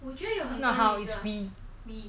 not how is we